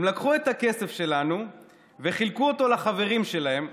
הם לקחו את הכסף שלנו וחילקו אותו לחברים שלהם,